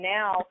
now